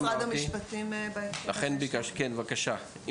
בבקשה,